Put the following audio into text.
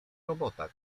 robota